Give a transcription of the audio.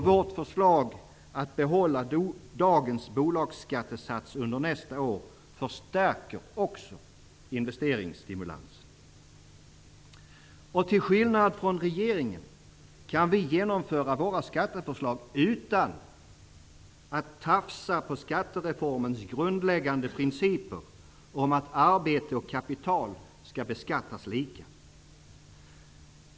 Vårt förslag att behålla dagens bolagsskattesats under nästa år förstärker också investeringsstimulansen. Till skillnad från regeringen kan vi genomföra våra skatteförslag utan att tafsa på skattereformens grundläggande principer om att arbete och kapital skall beskattas lika.